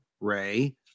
Ray